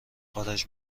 خارج